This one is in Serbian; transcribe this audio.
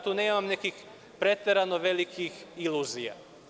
Tu nemam nekih preterano velikih iluzija.